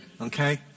Okay